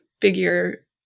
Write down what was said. figure